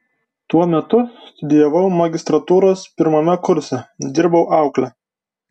tuo metu studijavau magistrantūros pirmame kurse dirbau aukle